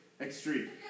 extreme